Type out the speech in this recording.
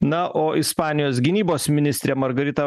na o ispanijos gynybos ministrė margarita